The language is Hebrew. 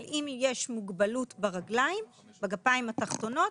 אבל אם יש מוגבלות בגפיים התחתונות